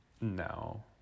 No